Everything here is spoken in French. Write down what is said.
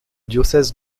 diocèse